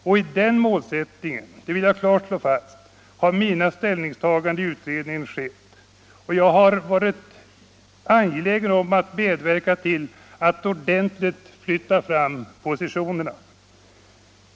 Med den målsättningen — det vill jag klart slå fast — har mina ställningstaganden i utredningen skett, och jag har varit angelägen om att medverka till att ordentligt flytta fram positionerna.